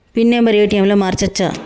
Pin number ATM లో మార్చచ్చా?